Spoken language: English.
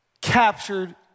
captured